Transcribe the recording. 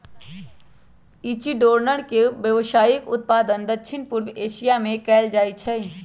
echinoderm के व्यावसायिक उत्पादन दक्षिण पूर्व एशिया में कएल जाइ छइ